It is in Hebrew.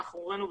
מאחורינו,